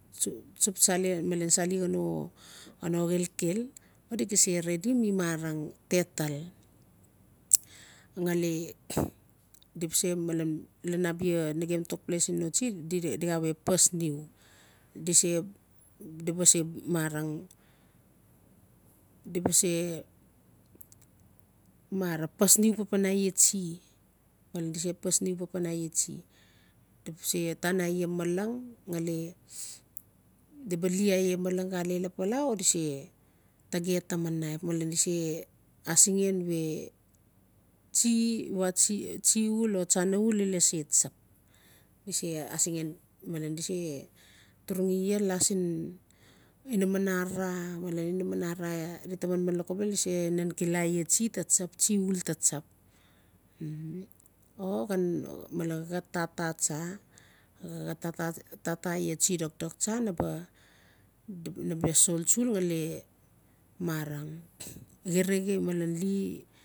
tsup sali xhano xilkil o di ga se redim mi marang tatal nglia di be se malan lan abia na gem tokples notsi di xa we pas niu di si di base mara di bsae mara pas niu papan ais tsi malen di se pas niu papan aia tsi di ba se tana aia malang ngali di ba li aia malang xale lapala o di se ta ge taman naip malen di se asingen we tsi iwa tsi-tsi uul o tsana uul ila se tsap di se asingan malen di se turungi ia la sin inaman arara ngali inaman arara di ta manman lokobel di se nan cilala aia tsi ta se tsap tsi uul ta tsap xan male xa xa tata tsa xa tata ais tsi dokdok tsa naba ngali marang xirixi malen li